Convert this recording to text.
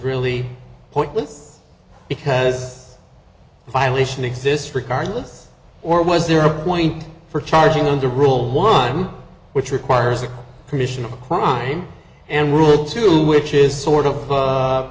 really pointless because violation exist regardless or was there a point for charging them to rule one which requires a traditional crime and rule to which is sort of u